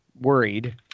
worried